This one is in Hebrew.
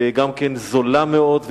וגם זולה מאוד,